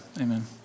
amen